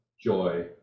joy